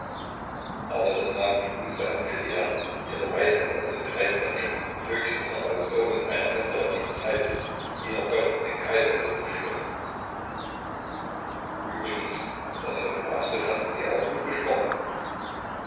aber das mag wohl gut sein für die herren die ihre weisheit aus dem kreisblatt schöpfen und höchstens noch aus irgend einer konservativen zeitung die nur gott und den kaiser im munde führt übrigens das vom papste fanden sie auch gut gesprochen